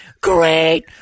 Great